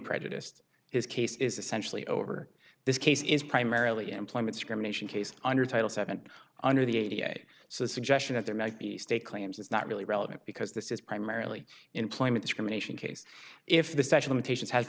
prejudiced his case is essentially over this case is primarily employment discrimination case under title seven under the a da so the suggestion that there might be state claims is not really relevant because this is primarily employment discrimination case if the special imitation has